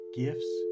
gifts